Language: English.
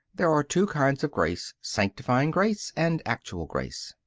there are two kinds of grace, sanctifying grace and actual grace.